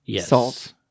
salt